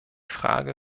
frage